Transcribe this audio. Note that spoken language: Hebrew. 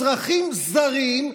אזרחים זרים,